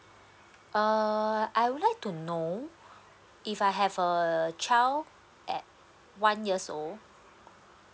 uh I would like to know if I have a child at one years old